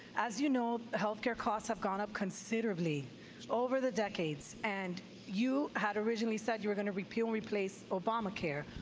as you know, the health care costs have gone up considerably over the decades. and you had originally said you were going to repeal and replace obamacare.